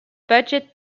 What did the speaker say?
budget